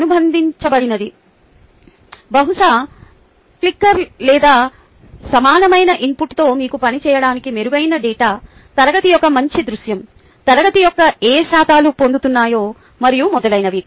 అనుబంధించబడినది బహుశా క్లిక్కర్ లేదా సమానమైన ఇన్పుట్తో మీకు పని చేయడానికి మెరుగైన డేటా తరగతి యొక్క మంచి దృశ్యం తరగతి యొక్క ఏ శాతాలు పొందుతున్నాయి మరియు మొదలైనవి